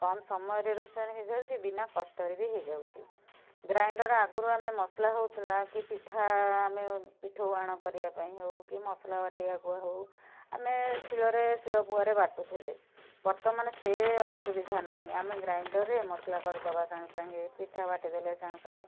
କମ୍ ସମୟରେ ରୋଷେଇ ହୋଇଯାଉଛି ବିନା କଷ୍ଟରେ ବି ହୋଇଯାଉଛି ଗ୍ରାଇଣ୍ଡର୍ ଆଗରୁ ଆମେ ମସଲା ହେଉଥିଲା କି ପିଠା ଆମେ ପିଠଉ ଆଣ କରିବା ପାଇଁ ହେଉ କି ମସଲା ବାଟିବାକୁ ହେଉ ଆମେ ଶିଳରେ ଶିଳପୁଆରେ ବାଟୁଥିଲେ ବର୍ତ୍ତମାନ ସେ ଅସୁବିଧା ନାଇଁ ଆମେ ଗ୍ରାଇଣ୍ଡର୍ରେ ମସଲା କରିଦେବା ସାଙ୍ଗେ ସାଙ୍ଗେ ପିଠା ବାଟିଦେଲେ ସାଙ୍ଗେ ସାଙ୍ଗେ